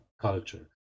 culture